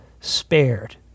spared